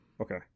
okay